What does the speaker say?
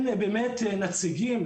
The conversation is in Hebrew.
כי אין באמת נציגים,